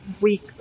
week